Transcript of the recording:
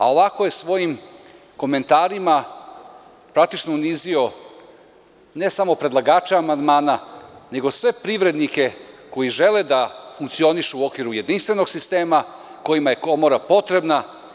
Ovako je svojim komentarima praktično unizio ne samo predlagača amandmana, nego sve privrednike koji žele da funkcionišu u okviru jedinstvenog sistema, kojima je komora potrebna.